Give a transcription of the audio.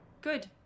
Good